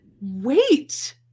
Wait